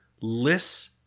lists